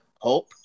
hope